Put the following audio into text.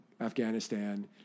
Afghanistan